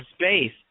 space